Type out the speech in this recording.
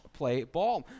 playball